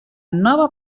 nova